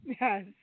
Yes